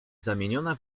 zamieniona